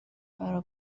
فرا